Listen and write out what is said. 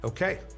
Okay